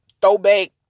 throwback